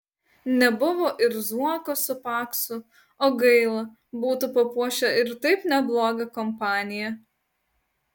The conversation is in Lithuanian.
nebuvo ir zuoko su paksu o gaila būtų papuošę ir taip neblogą kompaniją